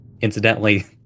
incidentally